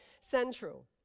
central